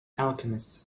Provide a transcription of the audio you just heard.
alchemist